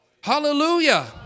Hallelujah